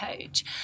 coach